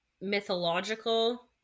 mythological